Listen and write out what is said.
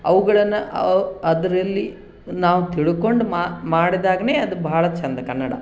ಅವುಗಳನ್ನು ಅವು ಅದರಲ್ಲಿ ನಾವು ತಿಳಕೊಂಡು ಮಾಡ್ದಾಗ್ಲೇ ಅದು ಭಾಳ ಚೆಂದ ಕನ್ನಡ